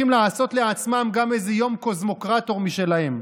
אולי הם צריכים לעשות לעצמם גם איזה יום קוסמוקרטור משלהם.